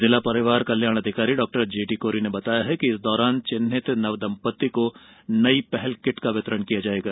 जिला परिवार कल्याण अधिकारी डॉजेडी कोरी ने बताया कि इस दौरान चिन्हित नवदंपति को नई पहल किट का वितरण किया जाएगा